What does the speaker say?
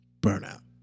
burnout